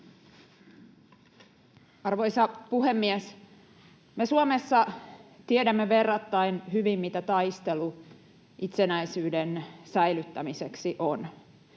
Arvoisa puhemies! Me Suomessa tiedämme verrattain hyvin, mitä taistelu itsenäisyyden säilyttämiseksi on.